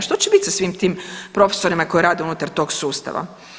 Što će biti sa svim tim profesorima koji rade unutar tog sustava?